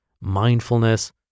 mindfulness